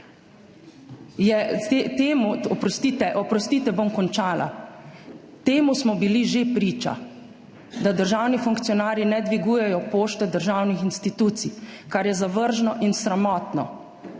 oprostite, bom končala. Temu smo bili že priča, da državni funkcionarji ne dvigujejo pošte državnih institucij, kar je zavržno in sramotno.